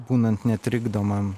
būnant netrikdomam